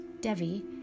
Devi